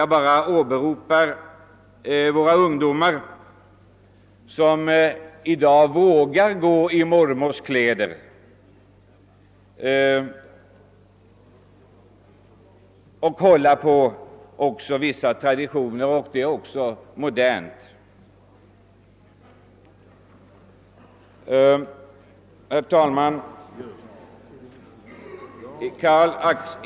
Jag bara erinrar om att våra ungdomar i dag vågar gå i mormors kläder och hålla på vissa traditioner — det är modernt i dag. Herr talman!